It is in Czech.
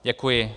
Děkuji.